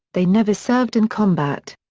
they never served in combat.